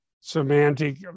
semantic